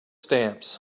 stamps